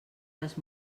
les